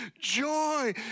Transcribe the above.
joy